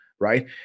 right